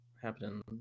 Happening